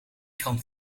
kan